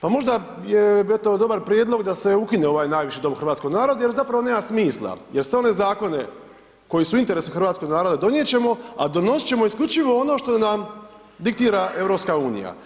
Pa možda je eto dobar prijedlog da se ukine ovaj najviši Dom hrvatskog naroda jer zapravo nema smisla jer sve one zakone koji su u interesu hrvatskog naroda donijeti ćemo a donositi ćemo isključivo ono što nam diktira EU.